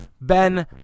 Ben